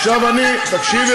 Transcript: עכשיו אני, תקשיבי